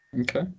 Okay